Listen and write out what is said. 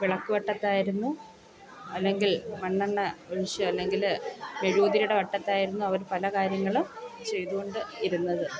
വിളക്ക് വെട്ടത്തായിരുന്നു അല്ലെങ്കിൽ മണ്ണെണ്ണ വെളിച്ചം അല്ലെങ്കിൽ മെഴുകുതിരിയുടെ വെട്ടത്തായിരുന്നു അവർ പല കാര്യങ്ങളും ചെയ്തുകൊണ്ട് ഇരുന്നത്